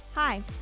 Hi